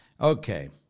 Okay